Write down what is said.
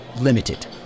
limited